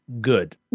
good